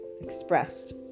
expressed